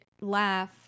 laugh